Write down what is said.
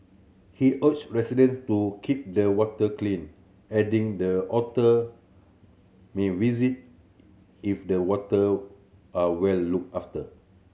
he urged resident to keep the water clean adding the otter may visit if the water are well looked after